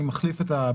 אתה לא מקל שם.